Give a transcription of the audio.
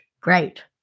Great